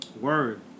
Word